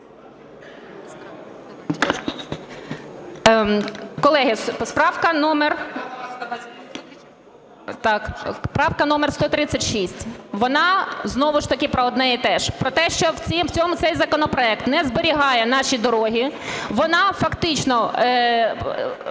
Колеги, правка номер 136. Вона знову ж таки про одне і теж: про те, що цей законопроект не зберігає наші дороги. Вона фактично...